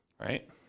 right